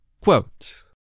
Quote